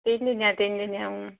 তিনিদিনীয়া তিনিদিনীয়া